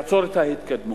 יעצור את ההתקדמות,